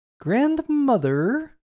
grandmother